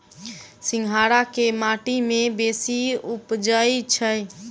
सिंघाड़ा केँ माटि मे बेसी उबजई छै?